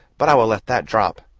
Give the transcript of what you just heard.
but i will let that drop.